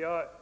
Jag